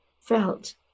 felt